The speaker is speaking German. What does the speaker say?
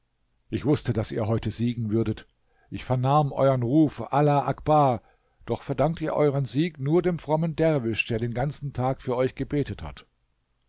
ich wußte daß ihr heute siegen würdet ich vernahm euern ruf allah akbar doch verdankt ihr euren sieg nur dem frommen derwisch der den ganzen tag für euch gebetet hat